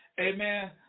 Amen